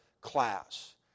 class